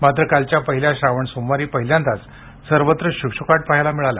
मात्र कालच्या पहिल्या श्रावण सोमवारी पहिल्यांदाच सर्वत्र शुकशुकाट पाहायला मिळाला